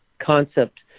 concept